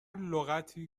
لغتی